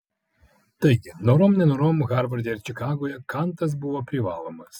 taigi norom nenorom harvarde ir čikagoje kantas buvo privalomas